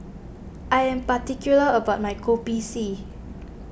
I am particular about my Kopi C